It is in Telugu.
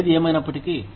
ఏది ఏమైనప్పటికీ